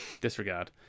Disregard